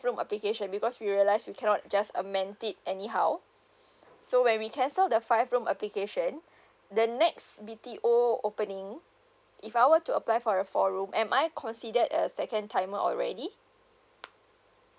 room application because we realised we cannot just amend it anyhow so when we cancelled the five room application the next B_T_O opening if I were to apply for a four room am I consider a second timer already